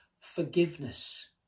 forgiveness